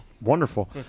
wonderful